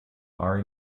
are